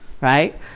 right